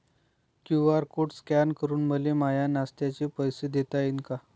QR code scan करून मले माय नास्त्याच बिल देता येईन का?